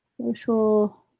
Social